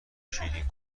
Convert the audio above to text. شیرین